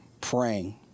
praying